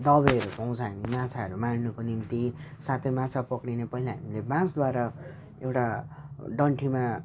दबाईहरू पाउँछ हामीले माछाहरू मार्नको निम्ति साथै माछा पक्रिन पहिला हामीले बाँसद्वारा एउटा डन्ठीमा